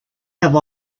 have